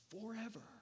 forever